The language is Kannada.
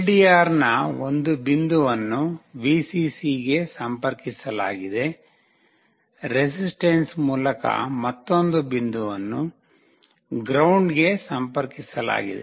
LDR ನ ಒಂದು ಬಿಂದುವನ್ನು Vccಗೆ ಸಂಪರ್ಕಿಸಲಾಗಿದೆ ರೆಸಿಸ್ಟೆನ್ಸ್ ಮೂಲಕ ಮತ್ತೊಂದು ಬಿಂದುವನ್ನು ಗ್ರೌಂಡ್ಗೆ ಸಂಪರ್ಕಿಸಲಾಗಿದೆ